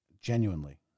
Genuinely